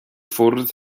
ffwrdd